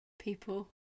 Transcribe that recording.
people